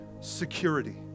security